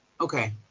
okay